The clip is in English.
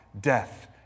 death